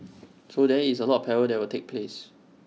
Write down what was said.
so there is A lot of parallel work that will take place